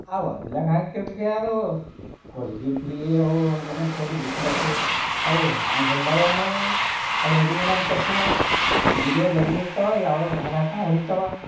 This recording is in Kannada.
ಆವಾಗ ಇಲ್ಲಾಕ್ ಅದು ಹೊಲ್ಗೆ ಪಿಲ್ಗೆ ಅವು ಒಂದೊಂದು ಸೈಡು ಬಿಚ್ಚಿಲ್ಲಾತು ಅವು ಹೆಂಗೆ ಹೊಲ್ದಾವೇನೊ ಅವು ರೆಡಿಮೇಡ್ ಅಂದ ತಕ್ಷಣ ಅವು ದುನಿಯದ ಅರವಿ ಇರುತ್ತಾವೋ ಯಾವುದೋ ದಾರ ಹಾಕೊಂಡು ಹೊಲಿತವ